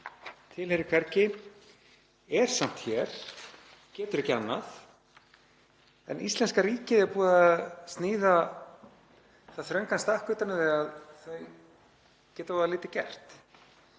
tilheyrir hvergi, er samt hér, getur ekki annað, en íslenska ríkið er búið að sníða það þröngan stakk utan um þau að þau geta voða lítið gert.